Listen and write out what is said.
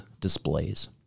displays